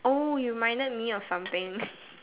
oh you reminded me of something